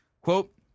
Quote